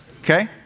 Okay